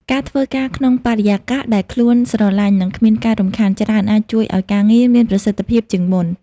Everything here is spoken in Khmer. ការធ្វើការក្នុងបរិយាកាសដែលខ្លួនស្រឡាញ់ និងគ្មានការរំខានច្រើន អាចជួយឱ្យការងារមានប្រសិទ្ធភាពជាងមុន។